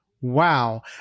Wow